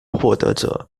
获得者